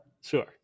Sure